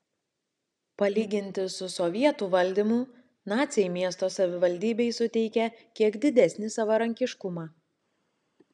palyginti su sovietų valdymu naciai miesto savivaldybei suteikė kiek didesnį savarankiškumą